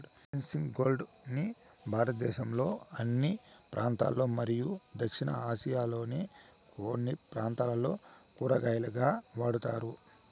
spiny gourd ని భారతదేశంలోని అన్ని ప్రాంతాలలో మరియు దక్షిణ ఆసియాలోని కొన్ని ప్రాంతాలలో కూరగాయగా వాడుతారు